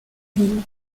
ville